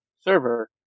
server